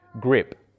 grip